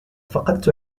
فقدت